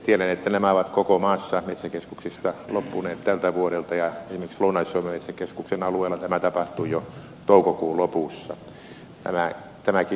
tiedän että nämä ovat koko maassa metsäkeskuksista loppuneet tältä vuodelta ja esimerkiksi lounais suomen metsäkeskuksen alueella tämä tapahtui jo toukokuun lopussa